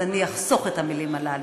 אז אני אחסוך את המילים הללו.